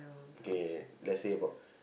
okay let's say about